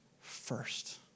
first